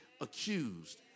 accused